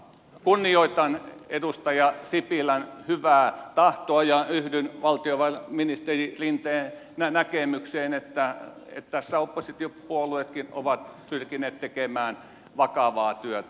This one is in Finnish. kunnioitan edustaja sipilän hyvää tahtoa ja yhdyn valtiovarainministeri rinteen näkemykseen että tässä oppositiopuolueetkin ovat pyrkineet tekemään vakavaa työtä